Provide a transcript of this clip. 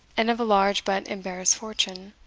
and of a large but embarrassed fortune.